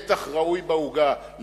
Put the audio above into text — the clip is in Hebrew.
לכל אחד יהיה נתח ראוי בעוגה לאכול,